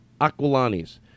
Aquilani's